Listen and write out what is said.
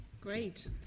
Great